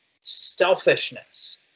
selfishness